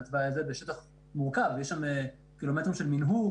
שטח מורכב, יש שם קילומטרים של מנהור